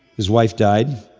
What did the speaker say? his wife died,